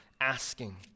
asking